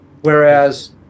Whereas